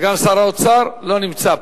וגם שר האוצר לא נמצא פה.